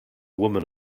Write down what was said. woman